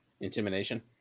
Intimidation